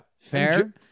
Fair